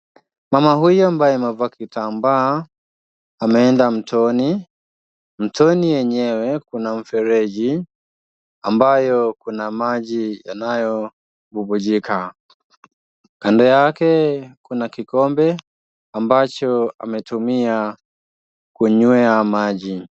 Mama huyu ambaye amevaa kitamba ameenda mtoni. Mtoni yenyewe kuna mfereji ambayo kuna maji yanayobubujika. Kando yake kuna kikombe ambacho ametumia kunywea maji.